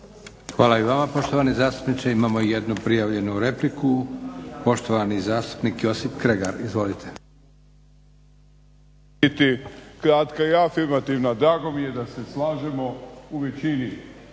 Hvala i vama poštovani zastupniče. Imamo jednu prijavljenu repliku. Poštovani zastupnik Josip Kregar. Izvolite.